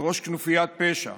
כראש כנופיית פשע,